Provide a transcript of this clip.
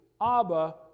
Abba